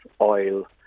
oil